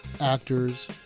actors